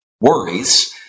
Worries